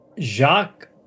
Jacques